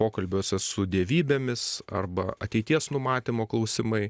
pokalbiuose su dievybėmis arba ateities numatymo klausimai